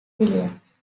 williams